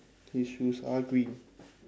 his shoes are green